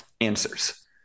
answers